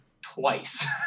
twice